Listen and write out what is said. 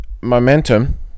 momentum